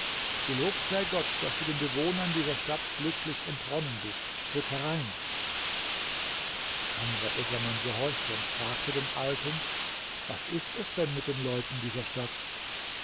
gelobt sei gott daß du den bewohnern dieser stadt glücklich entronnen bist tritt herein kamr essaman gehorchte und fragte den alten was ist es denn mit den leuten dieser stadt